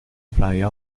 praia